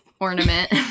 ornament